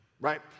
right